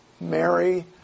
Mary